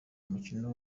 umukino